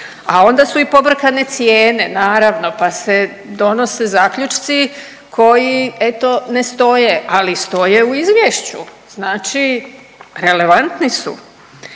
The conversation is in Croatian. A onda su i pobrkane cijene naravno pa se donose zaključci koji eto ne stoje, ali stoje u izvješću. Znači relevantni su.